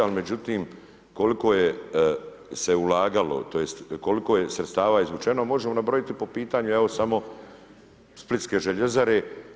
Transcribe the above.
Ali međutim, koliko se ulagalo, tj. koliko je sredstava izvučeno možemo nabrojiti po pitanju evo samo Splitske željezare.